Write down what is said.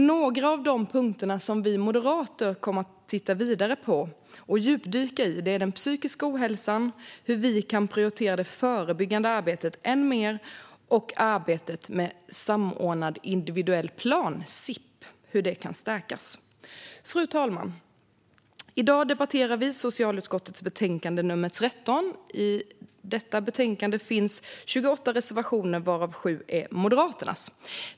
Några av de punkter som vi moderater kommer att titta vidare på och djupdyka i är den psykiska ohälsan, hur vi kan prioritera det förebyggande arbetet ännu mer och hur arbetet med samordnad individuell plan, SIP, kan stärkas. Fru talman! I dag debatterar vi socialutskottets betänkande 13. I betänkandet finns 28 reservationer, varav 7 är Moderaternas.